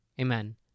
Amen